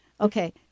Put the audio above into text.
Okay